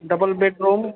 double bedroom